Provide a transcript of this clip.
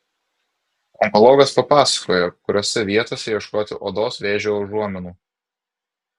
onkologas papasakojo kuriose vietose ieškoti odos vėžio užuominų